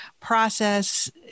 process